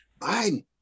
Biden